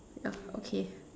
ya okay